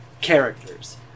characters